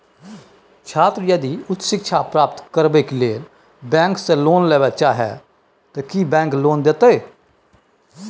छात्र यदि उच्च शिक्षा प्राप्त करबैक लेल बैंक से लोन लेबे चाहे ते की बैंक लोन देतै?